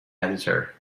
editor